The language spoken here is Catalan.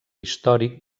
històric